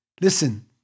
Listen